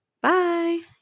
Bye